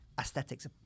aesthetics